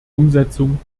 umsetzung